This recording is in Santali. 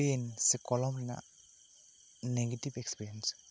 ᱯᱮᱱ ᱥᱮ ᱠᱚᱞᱚᱢ ᱨᱮᱱᱟᱜ ᱱᱮᱜᱮᱴᱤᱵᱷ ᱤᱠᱥᱯᱤᱨᱤᱭᱮᱸᱥ